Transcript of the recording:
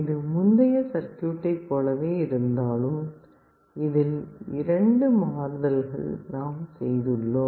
இது முந்தைய சர்க்யூட்டை போலவே இருந்தாலும் இதில் இரண்டு மாறுதல் நாம் செய்துள்ளோம்